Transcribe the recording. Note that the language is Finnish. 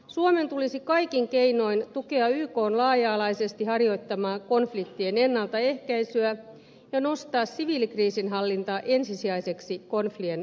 suomen tulisi kaikin keinoin tukea ykn laaja alaisesti harjoittamaa konfliktien ennaltaehkäisyä ja nostaa siviilikriisinhallinta ensisijaiseksi konfliktien ratkaisussa